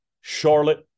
Charlotte